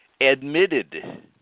admitted